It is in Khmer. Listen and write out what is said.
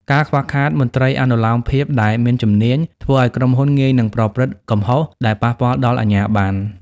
ការខ្វះខាតមន្ត្រីអនុលោមភាពដែលមាន ជំនាញ ធ្វើឱ្យក្រុមហ៊ុនងាយនឹងប្រព្រឹត្តកំហុសដែលប៉ះពាល់ដល់អាជ្ញាបណ្ណ។